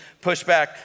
pushback